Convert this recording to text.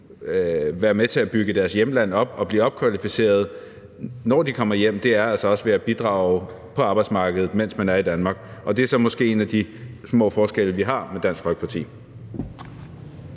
være med til at bygge deres hjemland op og blive opkvalificerede, når de kommer hjem, altså også er ved at bidrage på arbejdsmarkedet, mens de er i Danmark. Det er så måske en af de små forskelle på os og Dansk Folkeparti.